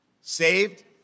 Saved